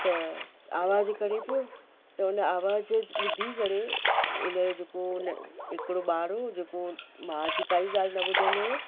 त आवाजु करे पियो त हुन आवाजु ॿुधी करे हिनजो जेको हिकिड़ो ॿारु हुओ जेको माउ जी काई ॻाल्हि न ॿुधंदो हुओ